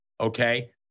okay